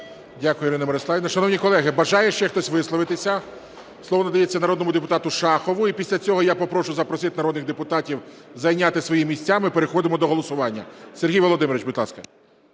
Дякую, Ірино Мирославівно. Шановні колеги, бажає ще хтось висловитися? Слово надається народному депутату Шахову. І після цього я попрошу запросити народних депутатів зайняти свої місця, ми переходимо до голосування. Сергій Володимирович, будь ласка.